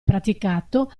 praticato